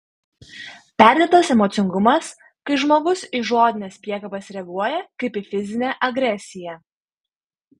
perdėtas emocingumas kai žmogus į žodines priekabes reaguoja kaip į fizinę agresiją